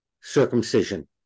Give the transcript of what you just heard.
circumcision